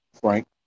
Frank